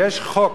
יש חוק